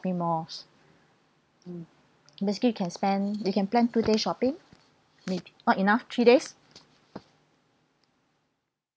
malls basically you can spend you can plan two days shopping if not enough three days